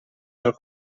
del